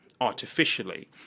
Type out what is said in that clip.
artificially